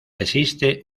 existe